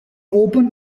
open